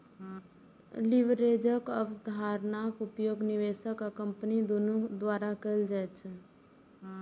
लीवरेजक अवधारणाक उपयोग निवेशक आ कंपनी दुनू द्वारा कैल जाइ छै